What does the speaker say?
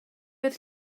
oedd